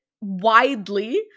widely